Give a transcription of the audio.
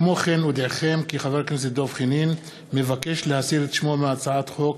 כמו כן אודיעכם כי חבר הכנסת דב חנין מבקש להסיר את שמו מהצעת חוק